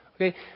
Okay